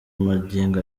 magingo